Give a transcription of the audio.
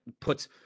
puts –